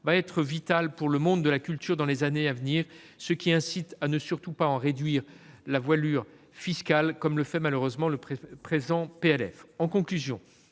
va être vital pour le monde de la culture dans les années à venir, ce qui incite à ne surtout pas en réduire la voilure fiscale, comme le fait malheureusement le présent projet de loi